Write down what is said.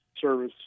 service